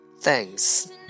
Thanks